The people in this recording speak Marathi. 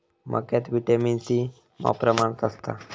मक्यात व्हिटॅमिन सी मॉप प्रमाणात असता